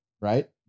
right